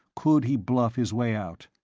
could he bluff his way out?